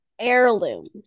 heirlooms